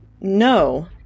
No